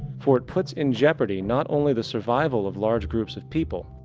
for it puts in jeopardy not only the survival of large groups of people,